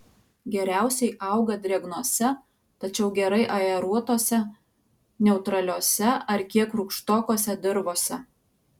geriausiai auga drėgnose tačiau gerai aeruotose neutraliose ar kiek rūgštokose dirvose